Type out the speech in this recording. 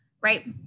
right